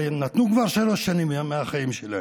אבל הם נתנו כבר שלוש שנים מהחיים שלהם,